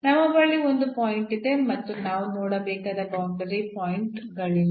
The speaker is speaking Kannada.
ನಮ್ಮ ಬಳಿ ಒಂದು ಪಾಯಿಂಟ್ ಇದೆ ಮತ್ತು ನಾವು ನೋಡಬೇಕಾದ ಬೌಂಡರಿ ಪಾಯಿಂಟ್ ಗಳಿಲ್ಲ